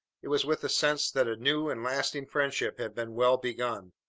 it was with a sense that a new and lasting friendship had been well begun.